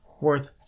worth